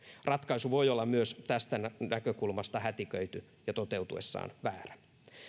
ratkaisu voi olla myös tästä näkökulmasta hätiköity ja toteutuessaan väärä